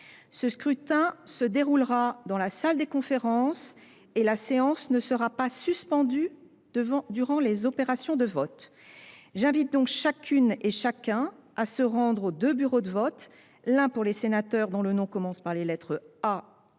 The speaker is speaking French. Ce scrutin se déroulera dans la salle des conférences ; la séance ne sera pas suspendue durant les opérations de vote. J’invite chacune et chacun à se rendre aux deux bureaux de vote, destinés l’un aux sénateurs dont le nom commence par les lettres A à I,